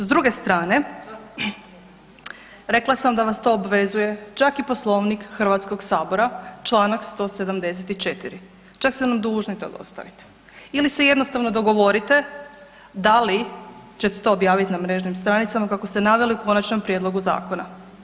S druge strane, rekla sam da vas to obvezuje čak i poslovnik HS-a, čl. 174., čak ste nam dužni da dostavite ili se jednostavno dogovorite da li ćete to objavit na mrežnim stranicama kako ste naveli u konačnom prijedlogu zakona.